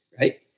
right